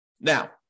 Now